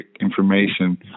information